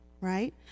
right